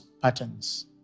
patterns